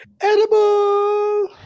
Edible